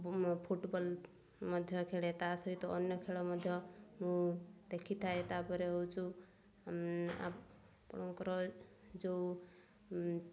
football ମଧ୍ୟ ଖେଳେ ତା ସହିତ ଅନ୍ୟ ଖେଳ ମଧ୍ୟ ମୁଁ ଦେଖିଥାଏ ତା'ପରେ ହେଉଛୁ ଆପଣଙ୍କର ଯେଉଁ